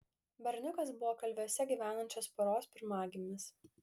berniukas buvo kalviuose gyvenančios poros pirmagimis